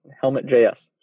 Helmet.js